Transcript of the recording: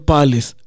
Palace